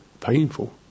painful